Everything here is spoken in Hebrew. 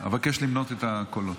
אבקש למנות את הקולות,